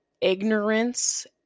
ignorance